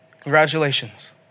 Congratulations